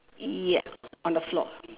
ya on the floor